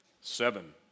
Seven